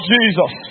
Jesus